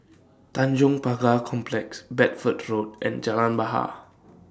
Tanjong Pagar Complex Bedford Road and Jalan Bahar